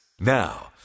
Now